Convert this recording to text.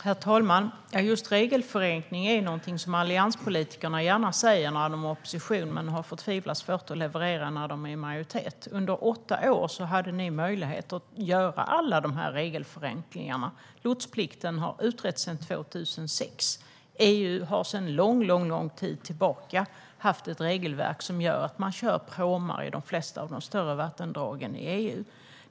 Herr talman! Just regelförenkling är någonting som allianspolitikerna gärna talar om när de är i opposition men har förtvivlat svårt att leverera när de är i majoritet. Under åtta år hade ni möjlighet att göra alla de här regelförenklingarna. Lotsplikten har utretts sedan 2006. EU har sedan lång tid tillbaka ett regelverk som gör att man kör pråmar i de flesta av de större vattendragen i EU.